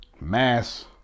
Mass